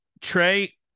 Trey